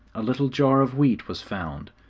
a little jar of wheat was found.